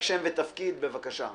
שם ותפקיד, בבקשה.